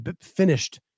finished